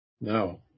No